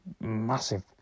massive